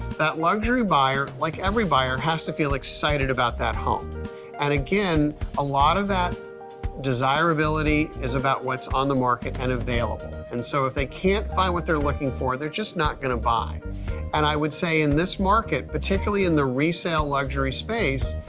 that luxury buyer like every buyer has to feel excited about that home and again a lot of that desirability is about what's on the market and available and so if they can't find what they're looking for they're just not gonna buy and i would say in this market, particularly in the resale luxury space,